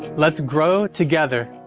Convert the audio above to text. let's grow together.